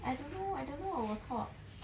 I don't know I don't know I was hot